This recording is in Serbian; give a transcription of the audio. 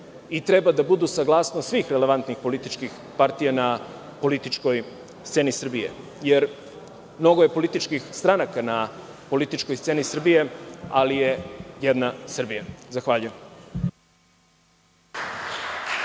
i trebaju da budu saglasnost svih relevantnih političkih partija na političkoj sceni Srbije. Mnogo je političkih stranaka na političkoj sceni Srbije, ali je jedna Srbija. Hvala.